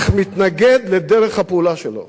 אך מתנגד לדרך הפעולה שלו.